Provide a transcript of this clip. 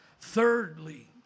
Thirdly